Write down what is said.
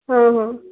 ହଁ ହଁ